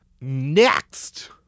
Next